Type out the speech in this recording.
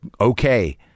okay